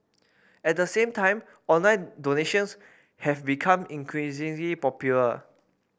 at the same time online donations have become increasingly popular